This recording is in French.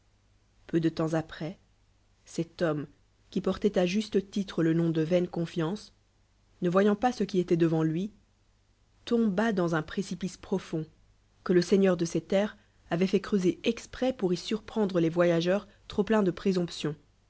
peu de tcmp après cet boirlme qui portoit à jnstetitre lc nom de vain confiance ne veyant pas ce qui étoit devant lui tomba dans un précipice prof id quele seignenr de ces terres avoit fait creuser elcprés pour y surprendre les voyàenre trop pleins de présomptions